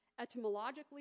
Etymologically